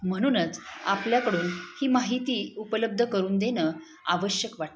म्हणूनच आपल्याकडून ही माहिती उपलब्ध करून देणं आवश्यक वाटतं